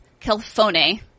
Kelfone